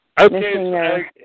okay